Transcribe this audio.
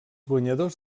guanyadors